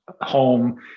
home